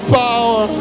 power